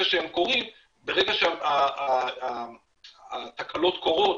ברגע שהתקלות קורות,